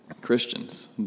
Christians